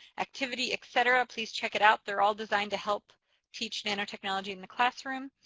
activity, et cetera. please check it out they're all designed to help teach nanotechnology in the classroom.